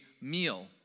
meal